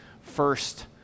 first